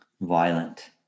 violent